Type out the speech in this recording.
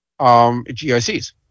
gic's